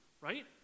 right